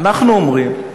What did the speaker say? אנחנו אומרים: